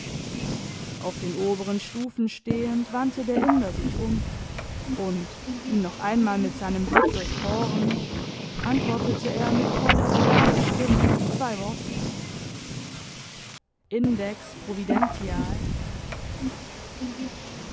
auf den oberen stufen stehend wandte der inder sich um und ihn noch einmal mit seinem blick durchbohrend antwortete er mit voller klarer stimme zwei worte index